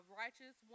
righteous